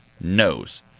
knows